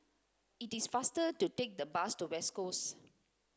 it is faster to take the bus to West Coast